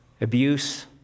abuse